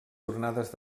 jornades